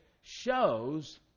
shows